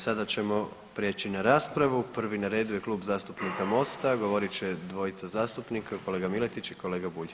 Sada ćemo prijeći na raspravu, prvi na redu je Klub zastupnika Mosta govorit će dvojica zastupnika kolega Miletić i kolega Bulj.